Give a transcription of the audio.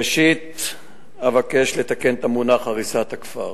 ראשית, אבקש לתקן את המונח "הריסת הכפר",